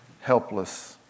helpless